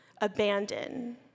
abandoned